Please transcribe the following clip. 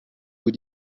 vous